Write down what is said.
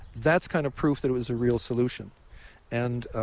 that's kind of proof that it was a real solution and ah